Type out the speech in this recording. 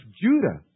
Judah